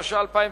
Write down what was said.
התש"ע 2010,